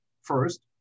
first